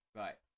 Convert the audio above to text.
right